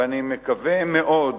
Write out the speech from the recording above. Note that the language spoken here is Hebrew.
ואני מקווה מאוד